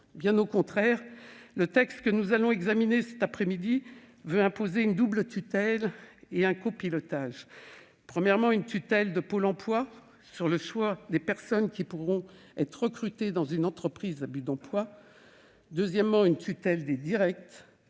Bien au contraire, le texte que nous examinons cet après-midi prévoit d'imposer une double tutelle et un copilotage : premièrement, une tutelle de Pôle emploi sur le choix des personnes qui pourront être recrutées dans les entreprises à but d'emploi ; deuxièmement, une tutelle des directions